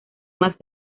más